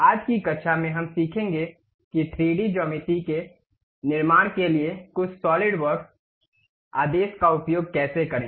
आज की कक्षा में हम सीखेंगे कि 3D ज्यामिति के निर्माण के लिए कुछ सॉलिडवर्क्स आदेश का उपयोग कैसे करें